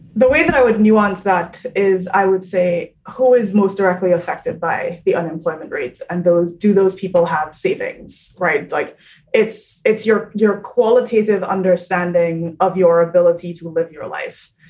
the way that i would nuance that is, i would say who is most directly affected by the unemployment rates and those do those people have savings? right. like it's it's your your qualitative understanding of your ability to live your life.